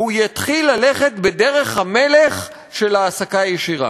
והוא יתחיל ללכת בדרך המלך של העסקה ישירה.